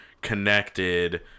connected